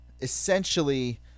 essentially